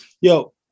Yo